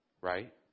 right